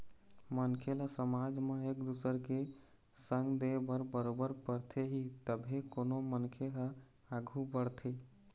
मनखे ल समाज म एक दुसर के संग दे बर बरोबर परथे ही तभे कोनो मनखे ह आघू बढ़थे